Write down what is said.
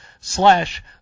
slash